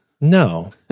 No